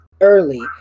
early